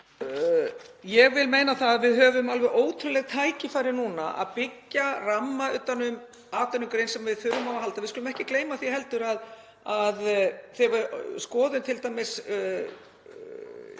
Ég vil meina að við höfum alveg ótrúleg tækifæri núna til að byggja ramma utan um atvinnugrein sem við þurfum á að halda. Við skulum ekki gleyma því heldur að þegar við skoðum t.d.